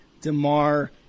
DeMar